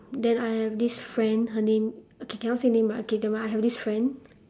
then I have this friend her name okay cannot say name right okay never mind I have this friend